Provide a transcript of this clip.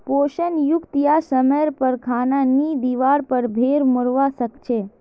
पोषण युक्त या समयर पर खाना नी दिवार पर भेड़ मोरवा सकछे